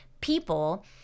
people